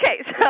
Okay